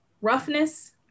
roughness